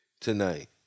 tonight